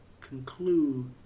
conclude